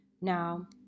Now